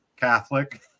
Catholic